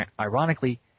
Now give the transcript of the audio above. Ironically